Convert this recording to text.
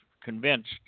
convinced